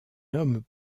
homme